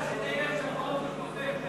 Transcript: ההצבעה.